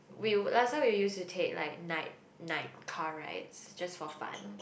will last time we used to take like night night car right just for fun